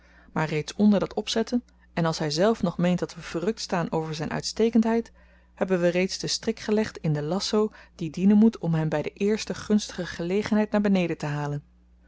maar reeds onder dat opzetten en als hyzelf nog meent dat we verrukt staan over zyn uitstekendheid hebben we reeds den strik gelegd in den lazzo die dienen moet om hem by de eerste gunstige gelegenheid naar beneden te halen